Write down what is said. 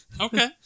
Okay